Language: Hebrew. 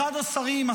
אחד השרים,